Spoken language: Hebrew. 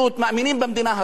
מאמינים במדינה הזאת.